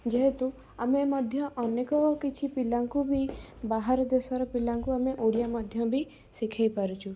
ଯେହେତୁ ଆମେ ମଧ୍ୟ ଅନେକ କିଛିପିଲାଙ୍କୁ ବି ବାହାରଦେଶର ପିଲାଙ୍କୁ ଆମେ ଓଡ଼ିଆ ମଧ୍ୟ ବି ଶିଖେଇପାରୁଛୁ